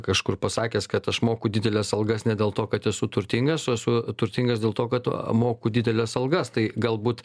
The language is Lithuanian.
kažkur pasakęs kad aš moku dideles algas ne dėl to kad esu turtingas o esu turtingas dėl to kad moku dideles algas tai galbūt